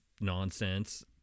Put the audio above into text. nonsense